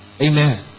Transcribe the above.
Amen